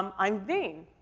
um i'm vain.